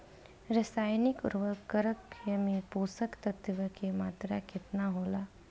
रसायनिक उर्वरक मे पोषक तत्व के मात्रा केतना होला?